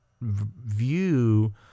view